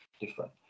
different